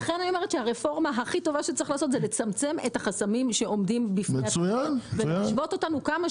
לכן אני אומרת שמה שיועיל זה צמצום החסמים וזה ישווה אותנו למדינות